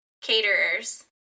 caterers